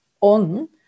on